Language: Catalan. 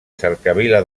cercavila